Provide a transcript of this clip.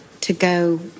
to-go